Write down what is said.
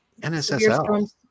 NSSL